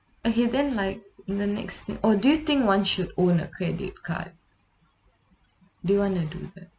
uh he then like in the next thing or do you think one should own a credit card do you want to do with that